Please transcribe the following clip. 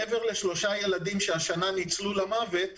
מעבר לשלושה ילדים שניצלו למוות השנה,